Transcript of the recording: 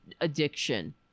addiction